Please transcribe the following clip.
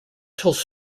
tells